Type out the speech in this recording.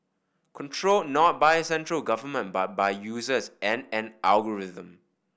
controlled not by a central government but by users and an algorithm